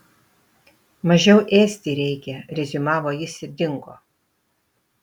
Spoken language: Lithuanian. mažiau ėsti reikia reziumavo jis ir dingo